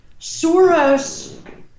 Soros